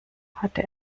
hatte